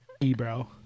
ebro